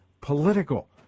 political